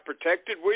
protected